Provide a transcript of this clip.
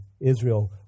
Israel